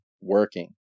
working